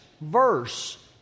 verse